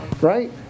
right